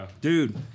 Dude